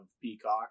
Peacock